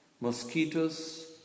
mosquitoes